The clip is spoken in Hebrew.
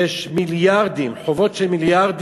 יש מיליארדים, חובות של מיליארדים,